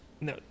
No